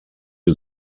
was